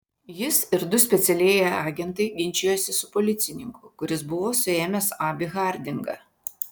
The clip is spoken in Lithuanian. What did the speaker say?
jis ir du specialieji agentai ginčijosi su policininku kuris buvo suėmęs abį hardingą